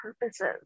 purposes